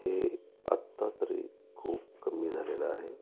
हे आता तरी खूप कमी झालेलं आहे